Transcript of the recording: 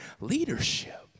leadership